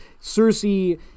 Cersei